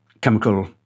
chemical